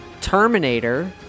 Terminator